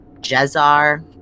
Jezar